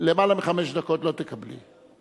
מחמש דקות לא תקבלי.